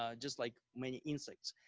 ah just like many insects.